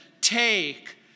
take